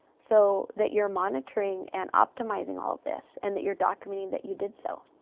so that you're monitoring and optimizing all of this, and that you're documenting that you did so.